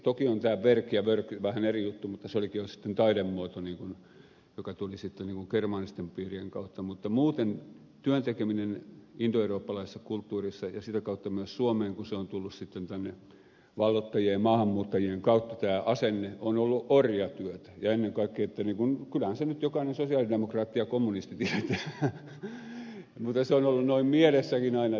toki on tämä verk ja vork vähän eri juttu mutta se olikin jo sitten taidemuoto joka tuli sitten germaanisten piirien kautta mutta muuten työn tekeminen indoeurooppalaisessa kulttuurissa ja sitä kautta myös suomeen kun se on tullut sitten tänne valloittajien ja maahanmuuttajien kautta tämä asenne on ollut orjatyötä ja ennen kaikkea että kyllähän sen nyt jokainen sosialidemokraatti ja kommunisti tietää mutta se on ollut noin mielessäkin aina tätä